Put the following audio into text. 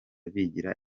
bigira